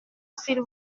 s’il